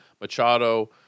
Machado